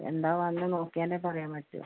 എന്താണ് വന്ന് നോക്കിയാലേ പറയാൻ പറ്റൂ